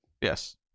Yes